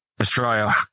Australia